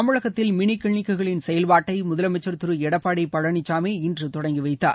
தமிழகத்தில் மினி கிளினிக்குகளின் செயல்பாட்டை முதலமைச்சர் திரு எடப்பாடி பழனிசாமி இன்று தொடங்கி வைத்தார்